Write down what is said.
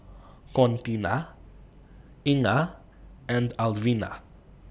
Contina Inga and Alvina